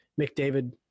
McDavid